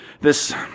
This